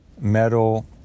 metal